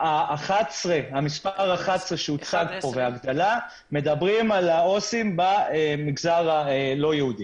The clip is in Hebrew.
המספר 11 שהוצג פה, הם עו"סים במגזר הלא יהודי.